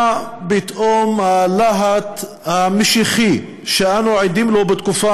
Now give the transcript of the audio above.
מה פתאום הלהט המשיחי שאנו עדים לו בתקופה